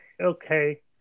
okay